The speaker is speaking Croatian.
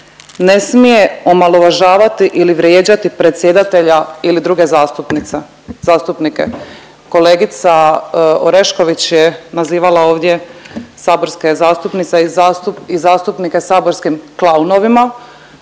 ne smije omalovažavati ili vrijeđati predsjedatelja ili druge zastupnice, zastupnike. Kolegica Orešković je nazivala ovdje saborske zastupnice i zastupnike saborskim klaunovima,